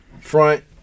front